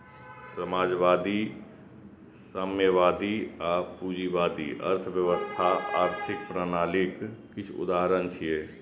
समाजवादी, साम्यवादी आ पूंजीवादी अर्थव्यवस्था आर्थिक प्रणालीक किछु उदाहरण छियै